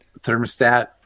thermostat